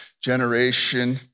generation